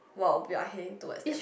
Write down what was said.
while we are heading towards them